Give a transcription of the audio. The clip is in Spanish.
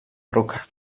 roca